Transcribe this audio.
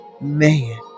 man